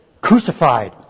crucified